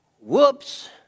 Whoops